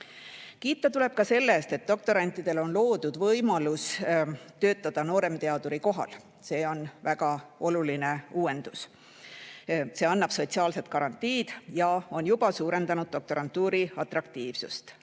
Kiita tuleb ka selle eest, et doktorantidele on loodud võimalus töötada nooremteaduri kohal. See on väga oluline uuendus. See annab sotsiaalsed garantiid ja on juba suurendanud doktorantuuri atraktiivsust.